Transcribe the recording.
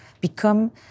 become